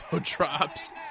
drops